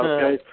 Okay